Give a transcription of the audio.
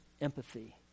empathy